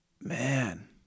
man